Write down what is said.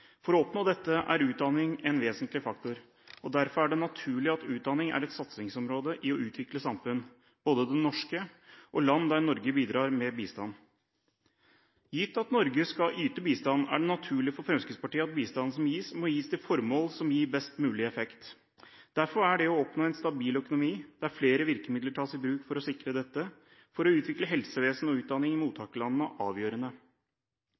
For å oppnå dette er utdanning en vesentlig faktor, og derfor er det naturlig at utdanning er et satsingsområde i å utvikle samfunn – både det norske og i land der Norge bidrar med bistand. Gitt at Norge skal yte bistand, er det naturlig for Fremskrittspartiet at bistanden som gis, må gis til formål som gir best mulig effekt. Derfor er det å oppnå en stabil økonomi, der flere virkemidler tas i bruk for å sikre dette for å utvikle helsevesen og utdanning i mottakerlandene, avgjørende.